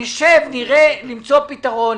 נשב וננסה למצוא פתרון,